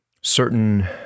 certain